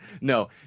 No